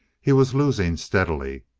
he was losing steadily.